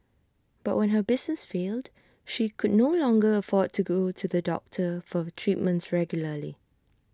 but when her business failed she could no longer afford to go to the doctor for treatments regularly